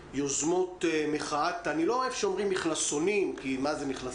מיוזמות מחאת אני לא אוהב שאומרים מכנסונים כי מה זה מכנסונים?